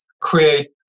create